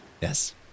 Yes